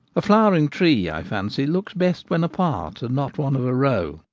a flowering tree, i fancy, looks best when apart and not one of a row.